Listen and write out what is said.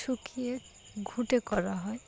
শুকিয়ে ঘুঁটে করা হয়